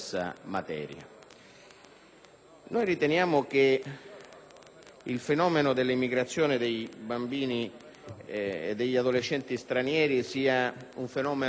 Riteniamo che il fenomeno dell'immigrazione dei bambini e degli adolescenti stranieri sia crescente